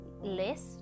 Less